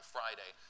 Friday